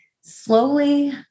slowly